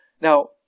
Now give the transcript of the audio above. Now